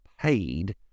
paid